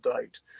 date